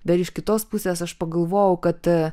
bet iš kitos pusės aš pagalvojau kad